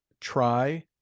try